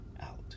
out